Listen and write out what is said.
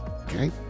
Okay